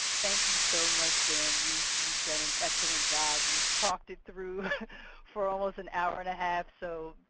thank you so much, dan. you've you've done an excellent job. you've talked it through for almost an hour and a half. so,